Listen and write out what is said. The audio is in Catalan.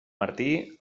martí